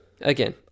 again